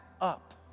up